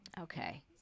okay